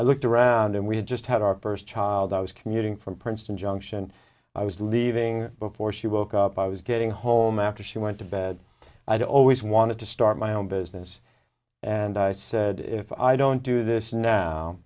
i looked around and we had just had our first child i was commuting from princeton junction i was leaving before she woke up i was getting home after she went to bed i'd always wanted to start my own business and i said if i don't do this now